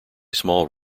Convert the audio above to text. small